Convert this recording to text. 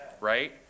right